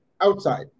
outside